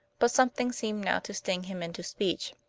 but something seemed now to sting him into speech.